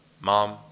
mom